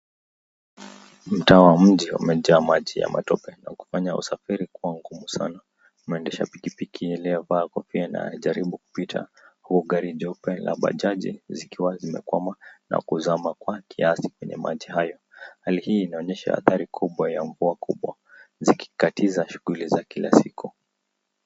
Mtaa wa mji umejaa maji ya matope na kufanya usafiri kuwa ngumu sana, mwendesha pikipiki aliyevaa kofia anajaribu kupita huu gari jeupe la bajaji zikiwa zimekwama na kuzama kwa kiasi kwenye maji hayo ,hali hii inaonyesha hali kubwa ya mvua kubwa ikikatisha shughuli za kila siku.